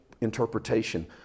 interpretation